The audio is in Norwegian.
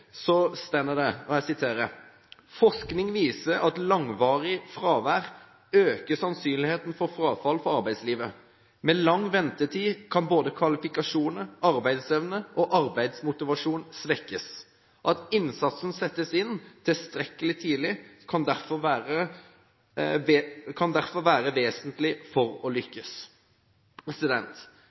Jeg siterer: «Forskning viser at langvarig fravær øker sannsynligheten for frafall fra arbeidslivet. Med lang ventetid kan både kvalifikasjoner, arbeidsevne og arbeidsmotivasjon svekkes. At innsatsen settes inn tilstrekkelig tidlig kan derfor være vesentlig for å lykkes.»